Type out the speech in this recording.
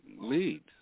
leads